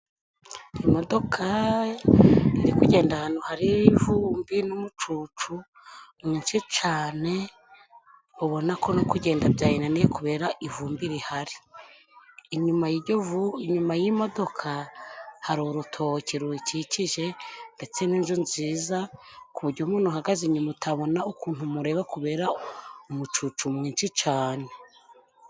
Imodoka iri kugenda ahantu hari ivumbi n'umucucu mwinshi cane. Ubona ko no kugenda byayinaniye kubera ivumbi rihari. Inyuma y'imodoka, hari urutoke ruyikikije ndetse n'inzu nziza, ku buryo umuntu uhagaze inyuma utabona ukuntu umureba kubera umucucu mwinshi cane.